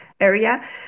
area